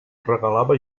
regalava